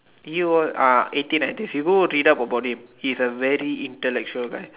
he was ah eighteen nineties you go read up about him he's a very intellectual guy